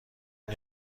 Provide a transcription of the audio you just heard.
این